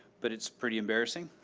but it's pretty embarrassing.